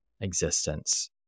existence